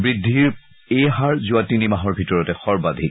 বৃদ্ধিৰ এই হাৰ যোৱা তিনি মাহৰ ভিতৰত সৰ্বাধিক